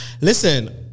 Listen